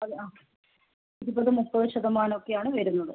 അത് ആ ഇരുപത് മുപ്പത് ശതമാനൊക്കെയാണ് വരുന്നത്